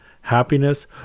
happiness